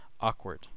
awkward